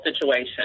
situation